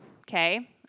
okay